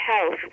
health